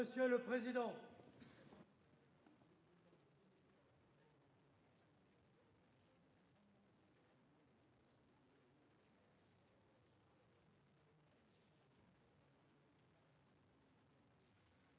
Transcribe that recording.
Monsieur le président,